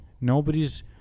Nobody's